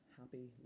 happy